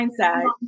mindset